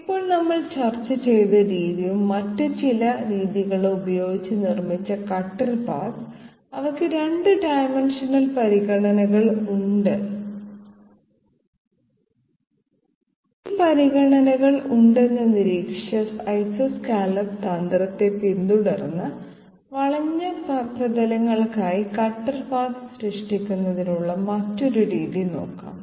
ഇപ്പോൾ നമ്മൾ ചർച്ച ചെയ്ത രീതിയും മറ്റ് ചില രീതികളും ഉപയോഗിച്ച് നിർമ്മിച്ച കട്ടർ പാത്ത് അവയ്ക്ക് 2 ഡൈമൻഷണൽ പരിഗണനകൾ ഉണ്ടെന്ന് നിരീക്ഷിച്ച ഐസോ സ്കല്ലോപ്പ് തന്ത്രത്തെ പിന്തുടർന്ന് വളഞ്ഞ പ്രതലങ്ങൾക്കായി കട്ടർ പാത്ത് സൃഷ്ടിക്കുന്നതിനുള്ള മറ്റൊരു രീതി നോക്കാം